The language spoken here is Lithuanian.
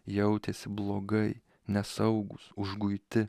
jautėsi blogai nesaugūs užguiti